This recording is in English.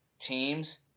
teams